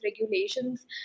regulations